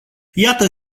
iată